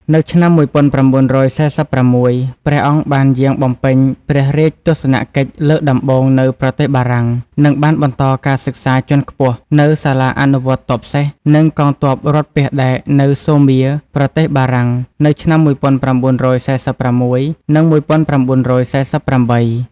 នៅឆ្នាំ១៩៤៦ ព្រះអង្គបានយាងបំពេញព្រះរាជទស្សនកិច្ចលើកដំបូងនៅប្រទេសបារាំង និងបានបន្តការសិក្សាជាន់ខ្ពស់នៅសាលាអនុវត្តទ័ពសេះ និងកងទ័ពរថពាសដែកនៅ សូមៀរ ប្រទេសបារាំង នៅឆ្នាំ១៩៤៦ និង១៩៤៨។